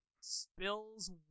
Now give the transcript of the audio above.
spills